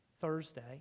thursday